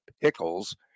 Pickles